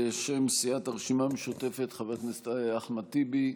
בשם סיעת הרשימה המשותפת, חבר הכנסת אחמד טיבי.